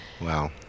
Wow